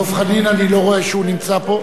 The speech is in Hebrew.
דב חנין, אני לא רואה שהוא נמצא פה.